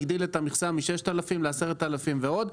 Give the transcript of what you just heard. הוא הגדיל את המכסה מ-6,000 ל-10,000 ועוד.